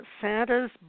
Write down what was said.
Santa's